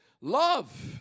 love